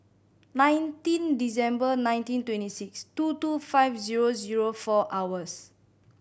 nineteen December nineteen twenty six two two five zero zero four hours